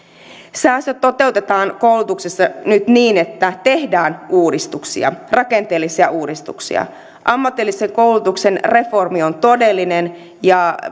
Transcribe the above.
säästöt toteutetaan koulutuksessa nyt niin että tehdään rakenteellisia uudistuksia ammatillisen koulutuksen reformi on todellinen ja